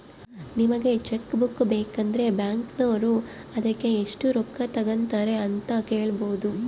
ನಿಮಗೆ cheque book ಬೇಕಂದ್ರ ಬ್ಯಾಕಿನೋರು ಅದಕ್ಕೆ ಎಷ್ಟು ರೊಕ್ಕ ತಂಗತಾರೆ ಅಂತ ಕೇಳಬೊದು